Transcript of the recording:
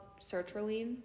sertraline